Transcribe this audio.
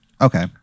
Okay